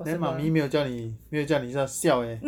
then 妈咪没有叫你没有叫你这个 siao eh